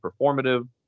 performative